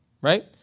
right